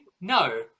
No